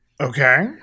Okay